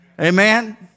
Amen